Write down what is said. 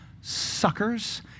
suckers